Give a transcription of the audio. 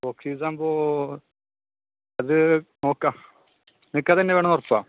അത് നോക്കാം നിങ്ങൾക്ക് അതുതന്നെ വേണമെന്ന് ഉറപ്പാണോ